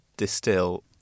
distill